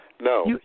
No